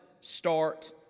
start